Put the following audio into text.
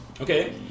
Okay